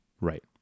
Right